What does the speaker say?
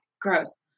gross